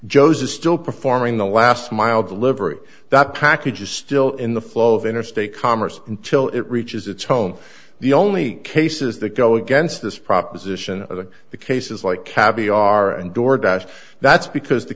joe's is still performing the last mile delivery that package is still in the flow of interstate commerce until it reaches its home the only cases that go against this proposition of the cases like caviar and door dash that's because the